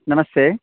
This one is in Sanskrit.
नमस्ते